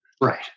right